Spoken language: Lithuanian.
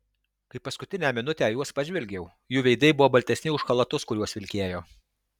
kai paskutinę minutę į juos pažvelgiau jų veidai buvo baltesni už chalatus kuriuos vilkėjo